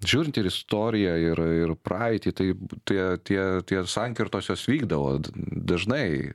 žiūrint ir istoriją ir ir praeitį tai tie tie tie ir sankirtos jos vykdavo dažnai